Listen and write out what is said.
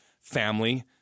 family